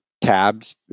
tabs